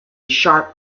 sharp